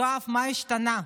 יואב, מה השתנה?